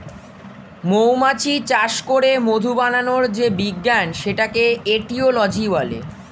মৌমাছি চাষ করে মধু বানানোর যে বিজ্ঞান সেটাকে এটিওলজি বলে